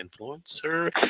influencer